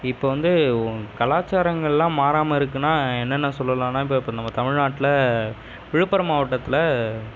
இப்போது வந்து கலாச்சாரங்களெலாம் மாறாமல் இருக்குன்னா என்னென்ன சொல்லலாம்னா இப்போ நம்ம தமிழ்நாட்டில் விழுப்புரம் மாவட்டத்தில்